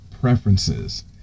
preferences